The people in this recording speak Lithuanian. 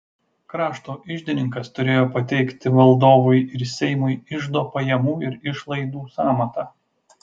krašto iždininkas turėjo pateikti valdovui ir seimui iždo pajamų ir išlaidų sąmatą